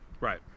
Right